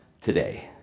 today